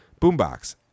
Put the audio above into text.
boombox